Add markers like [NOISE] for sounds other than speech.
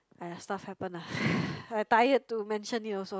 (aiya) stuff happen lah [BREATH] I tired to mention it also lah